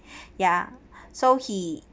ya so he